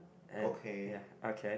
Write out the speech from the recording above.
and ya okay